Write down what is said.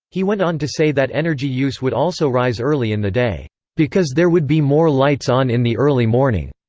he went on to say that energy use would also rise early in the day because there would be more lights on in the early morning.